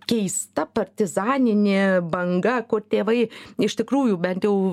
keista partizaninė banga kur tėvai iš tikrųjų bent jau